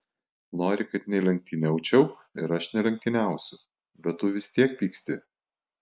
nori kad nelenktyniaučiau ir aš nelenktyniausiu bet tu vis tiek pyksti